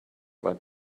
what